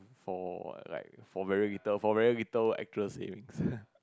for like for very little for very little actual savings